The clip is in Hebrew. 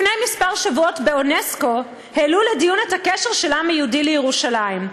לפני כמה שבועות באונסק"ו העלו לדיון את הקשר של העם היהודי לירושלים,